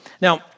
Now